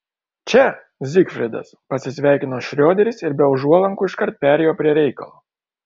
čia zigfridas pasisveikino šrioderis ir be užuolankų iškart perėjo prie reikalo